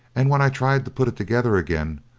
and when i tried to put it together again,